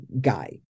guy